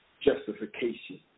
justification